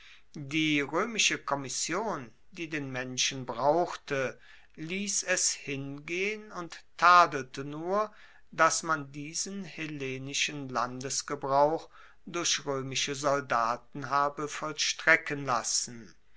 die roemische kommission die den menschen brauchte liess es hingehen und tadelte nur dass man diesen hellenischen landesgebrauch durch roemische soldaten habe vollstrecken lassen